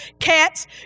cats